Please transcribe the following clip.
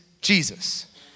Jesus